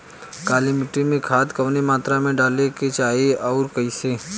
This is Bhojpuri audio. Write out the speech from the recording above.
काली मिट्टी में खाद कवने मात्रा में डाले के चाही अउर कइसे?